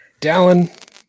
Dallin